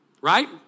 right